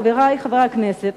חברי חברי הכנסת,